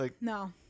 no